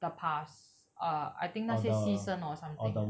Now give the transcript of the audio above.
the past uh I think 那些牺牲 or something